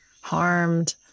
harmed